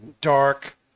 dark